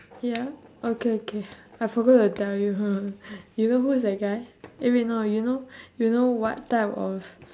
ya okay okay I forgot to tell you you know who is that guy eh wait no you know you know what type of